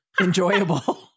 enjoyable